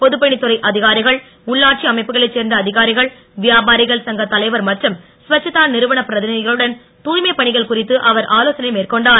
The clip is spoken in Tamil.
பொதுப்பணித்துறை அதிகாரிகள் உள்ளாட்சி அமைப்புகளை சேர்ந்த அதிகாரிகள் வியாபாரிகள் சங்க தலைவர் மற்றும் ஸ்வச்சதா நிறுவன பிரதிநிதிகளுடன் தூய்மைப் பணிகள் குறித்து அவர் ஆலோசனை மேற்கொண்டார்